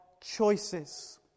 choices